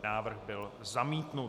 Návrh byl zamítnut.